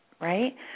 right